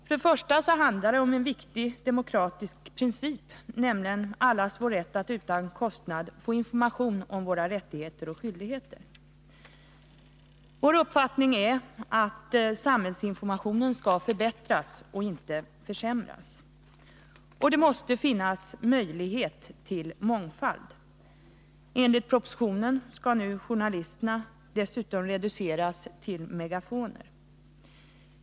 Först och främst handlar det om en viktig demokratisk princip, nämligen allas vår rätt att utan kostnad få information om våra rättigheter och skyldigheter. Vår uppfattning är att samhällsinformationen skall förbättras och inte försämras, och att det måste finnas möjlighet till mångfald. Enligt propositionen skall journalisterna nu dessutom reduceras till megafoner.